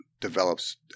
develops